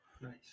Nice